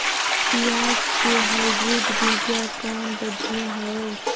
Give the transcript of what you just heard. पियाज के हाईब्रिड बीजा कौन बढ़िया हवय?